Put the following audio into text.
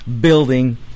building